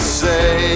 say